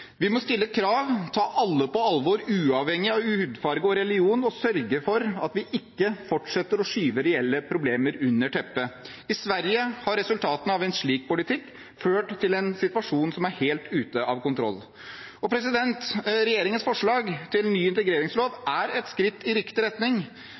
Vi må stille krav, ta alle på alvor, uavhengig av hudfarge og religion, og sørge for at vi ikke fortsetter å skyve reelle problemer under teppet. I Sverige har resultatene av en slik politikk ført til en situasjon som er helt ute av kontroll. Regjeringens forslag til ny